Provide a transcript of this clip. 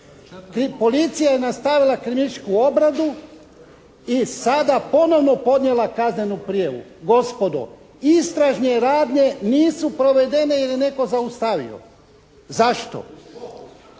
policija je nastavila kriminalističku obradu i sada ponovno podnijela kaznenu prijavu. Gospodo istražne radnje nisu provedene jer je netko zaustavio. Zašto?